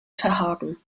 verhaken